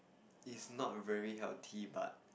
is not very healthy but